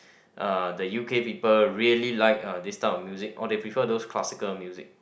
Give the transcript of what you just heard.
uh the U_K people really like uh this type of music or they prefer those classical music